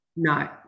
no